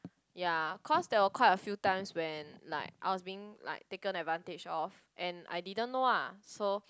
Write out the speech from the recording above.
ya cause there were quite a few times when like I was being like taken advantage of and I didn't know ah so